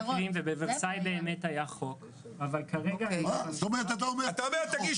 בוורסאי באמת היה חוק --- אתה אומר שנגיש